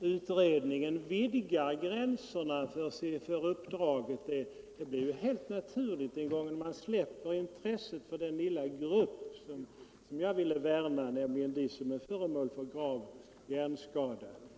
utredningen vidgar gränserna för uppdraget är helt naturligt den gång man släpper intresset för den lilla grupp jag ville värna om, nämligen de som har en grav hjärnskada.